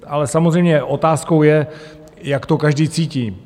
Ale samozřejmě otázkou je, jak to každý cítí.